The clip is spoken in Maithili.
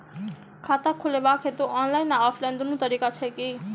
खाता खोलेबाक हेतु ऑनलाइन आ ऑफलाइन दुनू तरीका छै की?